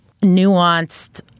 nuanced